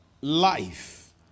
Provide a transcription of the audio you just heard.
life